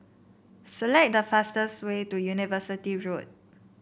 select the fastest way to University Road